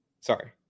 Sorry